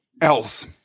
else